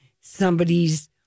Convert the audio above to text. somebody's